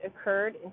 occurred